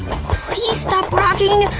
please stop rocking!